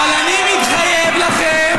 אבל אני מתחייב לכם,